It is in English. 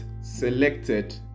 selected